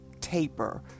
taper